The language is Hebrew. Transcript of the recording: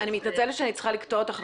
אני מתנצלת שאני צריכה לקטוע אותך,